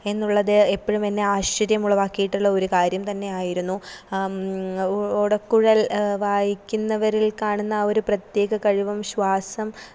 എന്നുള്ളത് എപ്പോഴും എന്നെ ആശ്ചര്യമുളവാക്കിയിട്ടുള്ള ഒരു കാര്യംതന്നെ ആയിരുന്നു ഓടക്കുഴൽ വായിക്കുന്നവരിൽ കാണുന്ന ആ ഒരു പ്രത്യേക കഴിവും ശ്വാസം